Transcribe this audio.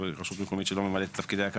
כרשות מקומית שלא ממלאת את תפקידה כראוי,